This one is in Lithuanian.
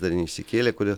dar neišsikėlė kodėl